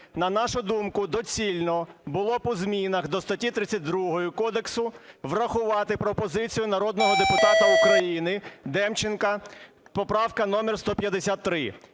на нашу думку, доцільно було б у змінах до статті 32 кодексу врахувати пропозицію народного депутата України Демченка (поправка номер 153)